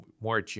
more